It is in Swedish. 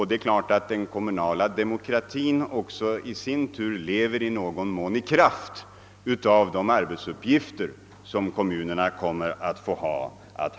Det är klart att den kommunala demokratin i sin tur i betydande grad lever i kraft av de arbetsuppgifter som kommunerna kommer att få handlägga.